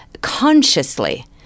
consciously